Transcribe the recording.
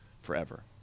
forever